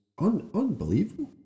Unbelievable